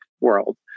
world